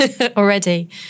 already